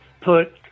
Put